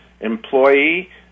employee